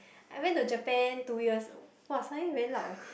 I went to Japan two years ago [wah] suddenly very loud eh